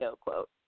quote